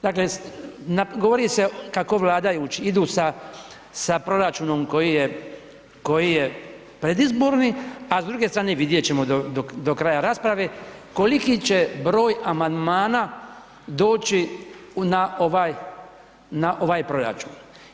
Dakle govori se kako vladajući idu sa proračunom koji je predizborni, a s druge strane vidjet ćemo do kraja rasprave koliki će broj amandmana doći na ovaj proračun.